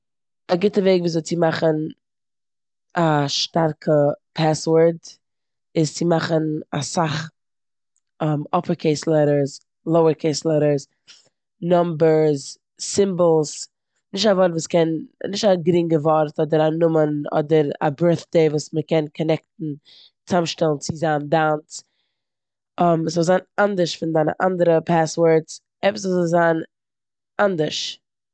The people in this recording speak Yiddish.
א גוטע וועג וויאזוי צו מאכן א שטארקעע פעסווארד איז מאכן אסאך אפערקעיס לעטטערס, לאוערקעיס לעטטערס, נומבערס, סימבעלס, נישט א ווארט וואס קען- נישט א גרינגע ווארט אדער א נאמען אדער א בירטדעי וואס מ'קען קאננעקטן- צאמשטעלן צו זיין דיינס. ס'זאל זיין אנדערש ווי דיין אנדערע פעסווארדס, עפעס וואס ס'זאל זיין אנדערש.